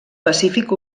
pacífic